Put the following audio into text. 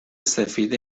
سفید